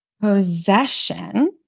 possession